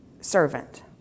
servant